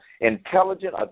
intelligent